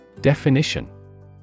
Definition